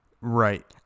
right